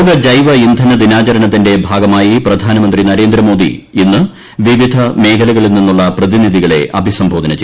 ലോക ജൈവ ഇന്ധന ദിനാചരണത്തിന്റെ ഭാഗമായി പ്രധാനമന്ത്രി നരേന്ദ്രമോദി ഇന്ന് വിവിധ മേഖലകളിൽ നിന്നുള്ള പ്രതിനിധികളെ അഭിസംബോധന ചെയ്യും